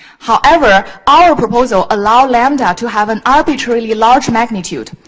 however, our proposal allow lambda to have an arbitrarily large magnitude.